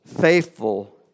faithful